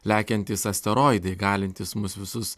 lekiantys asteroidai galintys mus visus